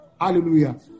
Hallelujah